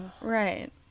Right